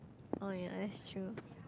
oh ya that's true